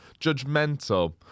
Judgmental